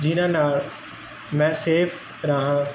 ਜਿਹਨਾਂ ਨਾਲ ਮੈਂ ਸੇਫ ਰਹਾਂ